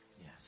Yes